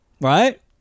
Right